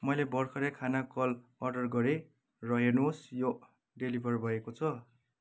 मैले भर्खरै खाना कल अर्डर गरेँ र हेर्नुहोस् यो डेलिभर भएको छ